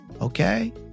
okay